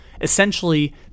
Essentially